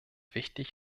wichtig